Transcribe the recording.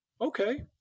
okay